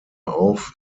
auf